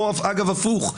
או אגב הפוך,